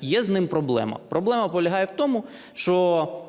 Є з ним проблема. Проблема полягає в тому, що